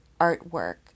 artwork